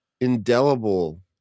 indelible